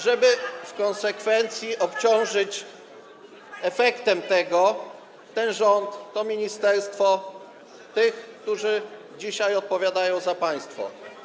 żeby w konsekwencji obciążyć efektem tego ten rząd, to ministerstwo, tych, którzy dzisiaj odpowiadają za państwo.